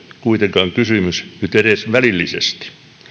kuitenkaan kysymys nyt edes välillisesti